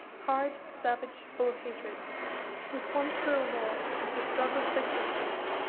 hard, savage, full of hatred whose one cruel law is the struggle for existence,